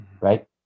right